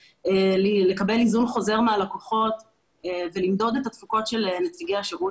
אנחנו יודעים לקבל היזון חוזר מהלקוחות ולמדוד את התפוקות של נציגי השירות